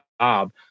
job